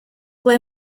ble